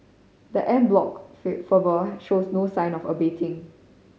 the en bloc fervour shows no sign of abating